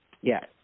Yes